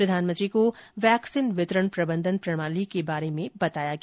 प्रधानमंत्री को वैक्सीन वितरण प्रबंधन प्रणाली के बारे में बताया गया